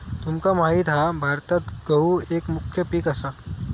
तुमका माहित हा भारतात गहु एक मुख्य पीक असा